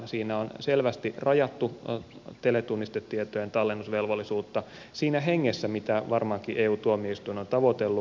siinä on selvästi rajattu teletunnistetietojen tallennusvelvollisuutta siinä hengessä mitä varmaankin eu tuomioistuin on tavoitellut